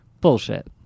Bullshit